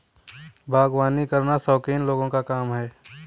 बागवानी करना शौकीन लोगों का काम है